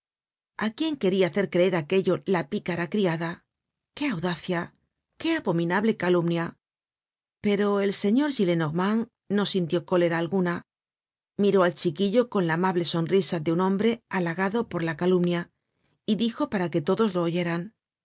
a quién queria hacer creer aquello la picara criada qué audacia qué abominable calumnia pero el señor gillenormand no sintió cólera alguna miró al chiquillo con la amable sonrisa de un hombre halagado por la calumnia y dijo para que todos lo oyeran